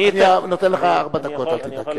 אני נותן לך ארבע דקות, אל תדאג.